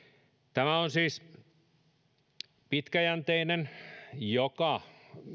tämä on siis pitkäjänteinen suunnitelma joka